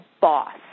boss